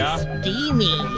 steamy